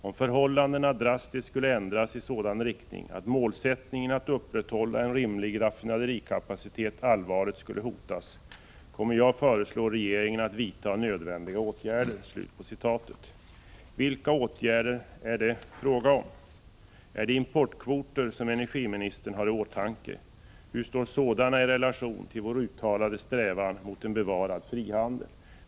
Om förhållandena drastiskt skulle ändras i sådan riktning att målsättningen att upprätthålla en rimlig raffinaderikapacitet allvarligt skulle hotas, kommer jag att föreslå regeringen att vidta nödvändiga åtgärder.” Vilka åtgärder är det fråga om? Är det importkvoter som energiministern har i åtanke? Hur står sådana i relation till vår uttalade strävan mot en bevarad frihandel?